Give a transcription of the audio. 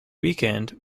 weekend